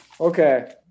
Okay